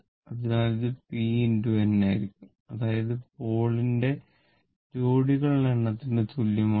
അതിനാൽ ഇത് p n ആയിരിക്കും അതായത് പോൾ ന്റെ ജോഡികളുടെ എണ്ണത്തിന് തുല്യമാണ് p